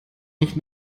nicht